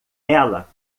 ela